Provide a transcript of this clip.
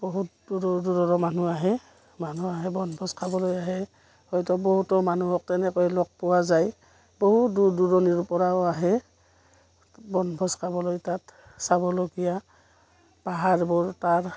বহুত দূৰৰ দূৰৰ মানুহ আহে মানুহ আহে বনভোজ খাবলৈ আহে হয়তো বহুতো মানুহক তেনেকৈ লগ পোৱা যায় বহুত দূৰ দূৰণিৰপৰাও আহে বনভোজ খাবলৈ তাত চাবলগীয়া পাহাৰবোৰ তাৰ